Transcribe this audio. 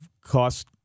cost